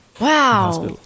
Wow